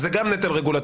אז זה גם נטל רגולטורי,